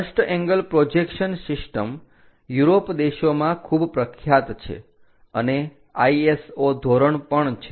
first angle projection system Europe દેશોમાં ખૂબ પ્રખ્યાત છે અને ISO ધોરણ પણ છે